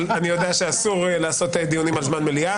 אבל אני יודע שאסור לעשות דיונים על זמן מליאה.